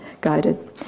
guided